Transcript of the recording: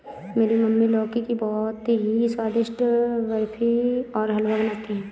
मेरी मम्मी लौकी की बहुत ही स्वादिष्ट बर्फी और हलवा बनाती है